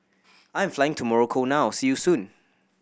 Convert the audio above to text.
I am flying to Morocco now see you soon